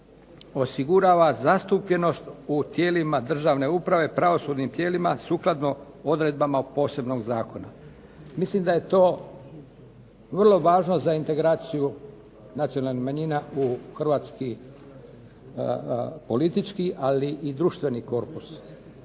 osigurava zastupljenost u tijelima državne uprave, pravosudnim tijelima sukladno odredbama posebnog zakona. Mislim da je to vrlo važno za integraciju nacionalnih manjina u hrvatski politički, ali i društveni korpus.